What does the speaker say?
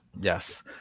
yes